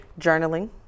journaling